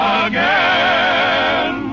again